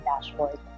dashboard